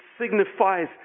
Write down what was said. signifies